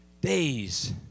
days